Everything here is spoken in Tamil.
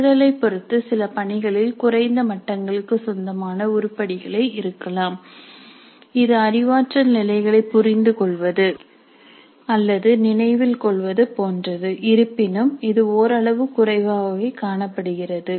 சூழலைப் பொறுத்து சில பணிகளில் குறைந்த மட்டங்களுக்குச் சொந்தமான உருப்படிகள் இருக்கலாம் இது அறிவாற்றல் நிலைகளைப் புரிந்துகொள்வது அல்லது நினைவில் கொள்வது போன்றது இருப்பினும் இது ஓரளவு குறைவாகவே காணப்படுகிறது